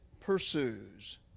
pursues